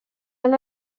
han